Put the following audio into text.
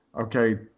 okay